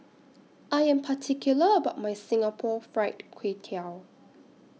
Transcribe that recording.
I Am particular about My Singapore Fried Kway Tiao